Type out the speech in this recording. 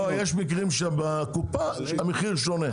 לא, יש מקרים שבקופה המחיר שונה.